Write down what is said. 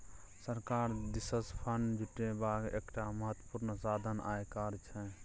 सरकार दिससँ फंड जुटेबाक एकटा महत्वपूर्ण साधन आयकर छै